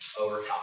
overcome